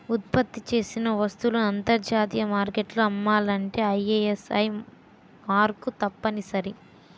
ఉత్పత్తి చేసిన వస్తువులను అంతర్జాతీయ మార్కెట్లో అమ్మాలంటే ఐఎస్ఐ మార్కు తప్పనిసరి